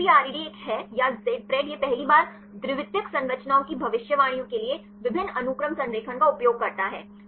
तो Jpred एक है या Zpred यह पहली बार द्वितीयक संरचनाओं की भविष्यवाणी के लिए विभिन्न अनुक्रम संरेखण का उपयोग करता है